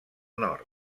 nord